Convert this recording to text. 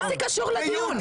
מה זה קשור לדיון?